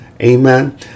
amen